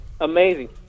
Amazing